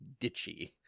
Ditchy